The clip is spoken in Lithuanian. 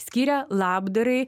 skiria labdarai